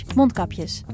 mondkapjes